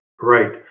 Right